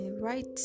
Right